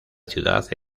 ciudad